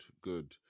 good